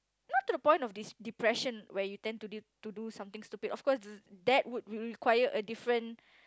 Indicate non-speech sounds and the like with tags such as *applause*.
not to the point of dis~ depression where you tend to the to do something stupid of course *noise* that would re~ require a different